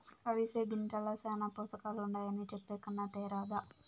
అవిసె గింజల్ల శానా పోసకాలుండాయని చెప్పే కన్నా తేరాదా